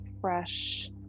fresh